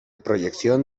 proyección